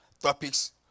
topics